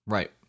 Right